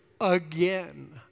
again